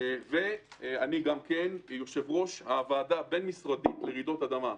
אני יושב-ראש הוועדה הבין-משרדית לרעידות אדמה.